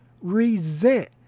resent